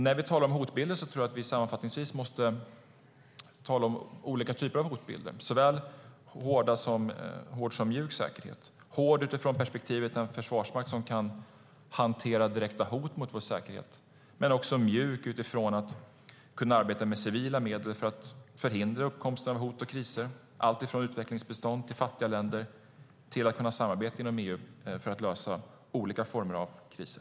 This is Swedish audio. När vi talar om hotbilden tror jag sammanfattningsvis att vi måste tala om olika typer av hotbilder och såväl hård som mjuk säkerhet - hård utifrån perspektivet med en försvarsmakt som kan hantera direkta hot mot vår säkerhet, men mjuk utifrån att kunna arbeta med civila medel för att förhindra uppkomsten av hot och kriser, alltifrån utvecklingsbistånd till fattiga länder och till att kunna samarbeta inom EU för att lösa olika former av kriser.